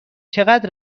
چقدر